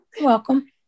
Welcome